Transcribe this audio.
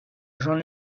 j’en